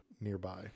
nearby